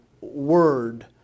word